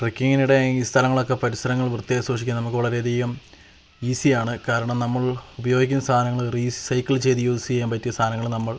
ട്രക്കിംഗിനിടെ ഈ സ്ഥലങ്ങളൊക്കെ പരിസരങ്ങള് വൃത്തിയായി സൂക്ഷിക്കാന് നമുക്ക് വളരെയധികം ഈസിയാണ് കാരണം നമ്മള് ഉപയോഗിക്കുന്ന സാധനങ്ങൾ റീസൈക്കിള് ചെയ്ത് യൂസ് ചെയ്യാന് പറ്റിയ സാധനങ്ങൾ നമ്മള്